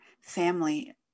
family